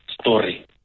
story